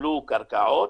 שקיבלו קרקעות,